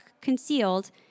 concealed